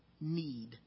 need